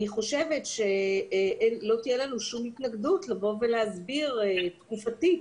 אני חושבת שלא תהיה לנו שום התנגדות לבוא ולהסביר תקופתית